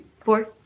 four